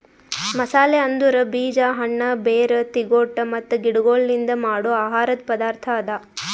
ಮಸಾಲೆ ಅಂದುರ್ ಬೀಜ, ಹಣ್ಣ, ಬೇರ್, ತಿಗೊಟ್ ಮತ್ತ ಗಿಡಗೊಳ್ಲಿಂದ್ ಮಾಡೋ ಆಹಾರದ್ ಪದಾರ್ಥ ಅದಾ